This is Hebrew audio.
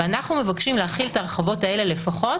אנחנו מבקשים להחיל את ההרחבות האלה לפחות